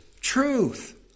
truth